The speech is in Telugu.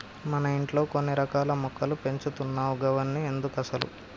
మన ఇంట్లో కొన్ని రకాల మొక్కలు పెంచుతున్నావ్ గవన్ని ఎందుకసలు